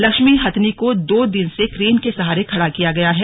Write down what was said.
लक्ष्मी हथिनी को दो दिन से क्रेन के सहारे खड़ा किया गया है